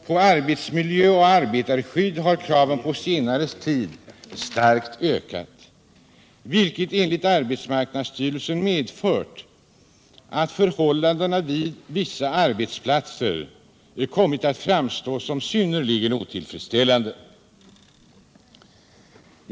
På arbetsmiljö och arbetarskydd har kraven på senare tid ökat, vilket enligt arbetsmarknadsstyrelsen medfört att förhållandena vid vissa arbetsplatser kommit att framstå som synnerligen otillfredsställande.